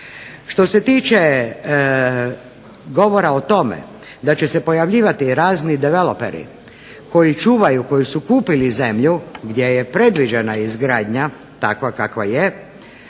Što se tiče govora o tome da će se pojavljivati razni developeri koji čuvaju, koji su kupili zemlju gdje je predviđena izgradnja takva kakva je